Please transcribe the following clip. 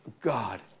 God